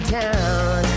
town